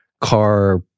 car